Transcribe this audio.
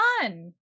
fun